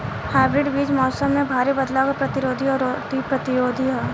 hybrid बीज मौसम में भारी बदलाव के प्रतिरोधी और रोग प्रतिरोधी ह